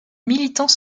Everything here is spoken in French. militants